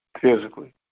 physically